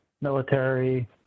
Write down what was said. military